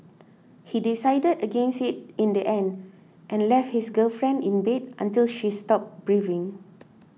he decided against it in the end and left his girlfriend in bed until she stopped breathing